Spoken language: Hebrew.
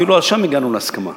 אפילו בזה הגענו להסכמה,